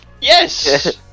yes